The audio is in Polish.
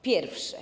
Pierwsze.